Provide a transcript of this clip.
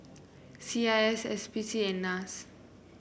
C I S S P C and NAS